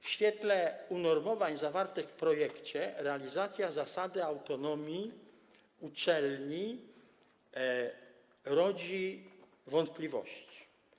W świetle unormowań zawartych w projekcie realizacja zasady autonomii uczelni rodzi wątpliwości.